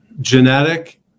genetic